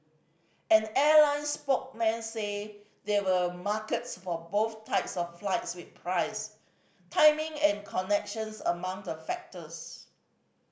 an airline said there were markets for both types of flights with price timing and connections among the factors